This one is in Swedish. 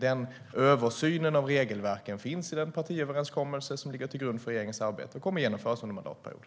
Den översynen av regelverken finns i den partiöverenskommelse som ligger till grund för regeringens arbete och kommer att genomföras under mandatperioden.